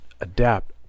adapt